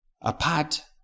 Apart